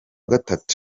gatatu